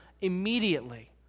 immediately